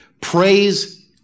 praise